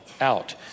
out